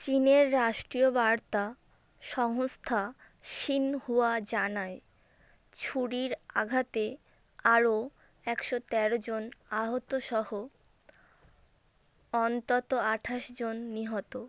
চীনের রাষ্ট্রীয় বার্তা সংস্থা শিনহুয়া জানায় ছুরির আঘাতে আরও একশো তেরো জন আহত সহ অন্তত আটাশ জন নিহত